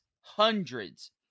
hundreds